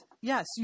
Yes